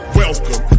welcome